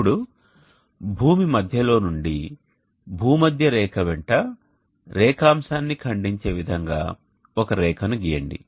ఇప్పుడు భూమి మధ్యలో నుండి భూమధ్య రేఖ వెంట రేఖాంశాన్ని ఖండించే విధంగా ఒక రేఖను గీయండి